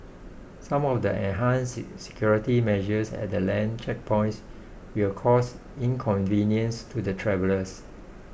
some of the enhanced security measures at the land checkpoints will cause inconvenience to the travellers